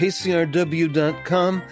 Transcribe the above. KCRW.com